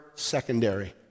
secondary